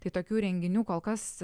tai tokių renginių kol kas